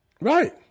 Right